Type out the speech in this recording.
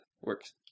works